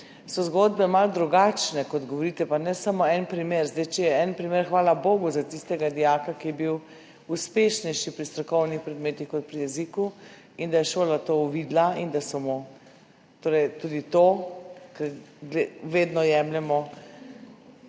so zgodbe malo drugačne, kot govorite, pa ne samo en primer. Če je en primer, hvala bogu za tistega dijaka, ki je bil uspešnejši pri strokovnih predmetih kot pri jeziku in da je šola to uvidela. Ker vedno jemljemo